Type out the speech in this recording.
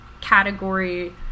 category